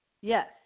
Yes